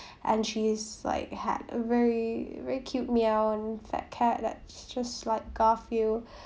and she is like had very very cute meow fat cat like just like garfield